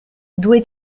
due